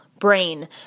Brain